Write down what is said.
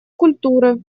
культуры